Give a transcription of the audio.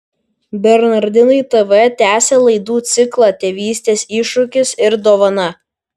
bernardinai tv tęsia laidų ciklą tėvystės iššūkis ir dovana